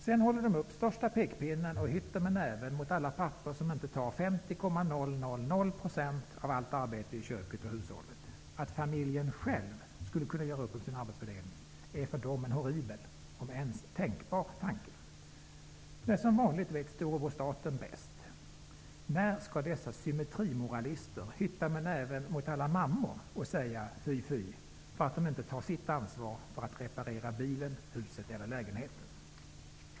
Sedan håller de upp den största pekpinnen och hytter med näven mot alla pappor som inte tar på sig exakt 50 % av allt arbete i köket och hushållet. Att familjen själv skulle kunna göra upp om sin arbetsfördelning är för dem en horribel, om ens tänkbar, tanke. Nej, som vanligt vet Storebror Staten bäst. När skall dessa symmetrimoralister hytta med näven mot alla mammor och säga fy, fy, därför att mammorna inte tar sitt ansvar för att reparera bilen, huset eller lägenheten?